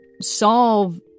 solve